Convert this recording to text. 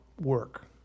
work